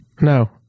No